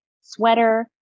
sweater